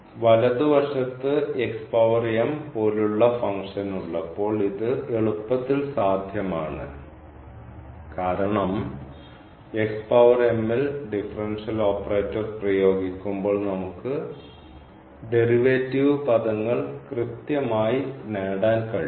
വലതുവശത്ത് പോലുള്ള ഫംഗ്ഷൻ ഉള്ളപ്പോൾ ഇത് എളുപ്പത്തിൽ സാധ്യമാണ് കാരണം ൽ ഡിഫറൻഷ്യൽ ഓപ്പറേറ്റർ പ്രയോഗിക്കുമ്പോൾ നമുക്ക് ഡെറിവേറ്റീവ് പദങ്ങൾ കൃത്യമായി നേടാൻ കഴിയും